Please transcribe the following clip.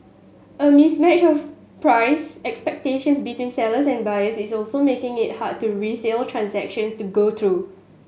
a mismatch of price expectations between sellers and buyers is also making it harder to resale transaction to go through